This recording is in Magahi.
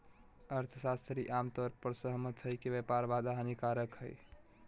अर्थशास्त्री आम तौर पर सहमत हइ कि व्यापार बाधा हानिकारक हइ